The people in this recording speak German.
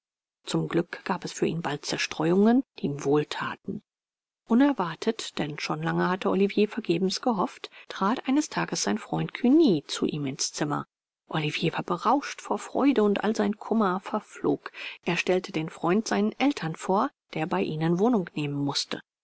zum glück gab es für ihn bald zerstreuungen die ihm wohl thaten unerwartet denn schon lange hatte olivier vergebens gehofft trat eines tages sein freund cugny zu ihm ins zimmer olivier war berauscht vor freude und all sein kummer verflog er stellte den freund seinen eltern vor der bei ihnen wohnung nehmen mußte